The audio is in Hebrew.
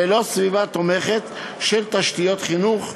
ללא סביבה תומכת של תשתיות חינוך,